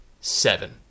seven